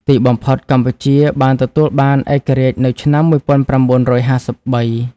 ទីបំផុត កម្ពុជាបានទទួលបានឯករាជ្យនៅឆ្នាំ ១៩៥៣។